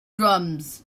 drums